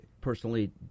personally